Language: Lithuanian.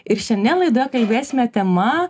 ir šiandien laidoje kalbėsime tema